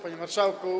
Panie Marszałku!